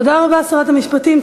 תודה רבה, שרת המשפטים.